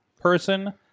person